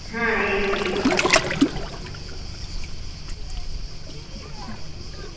હા એસી એસી